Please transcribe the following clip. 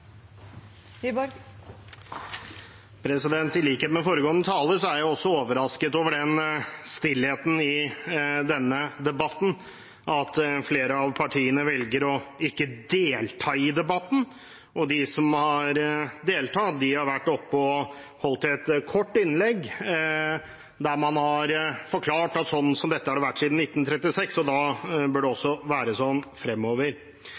jeg overrasket over stillheten i denne debatten, at flere av partiene velger å ikke delta i debatten, og de som har deltatt, har vært oppe og holdt et kort innlegg der man har forklart at slik som dette har det vært siden 1936, og da bør det også være slik fremover.